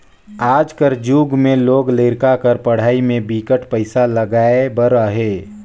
आज कर जुग में लोग लरिका कर पढ़ई में बिकट पइसा लगाए बर अहे